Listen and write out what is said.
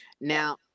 Now